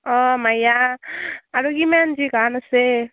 অঁ মায়া আৰু কিমান যে গান আছে